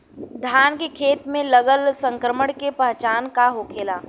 धान के खेत मे लगल संक्रमण के पहचान का होखेला?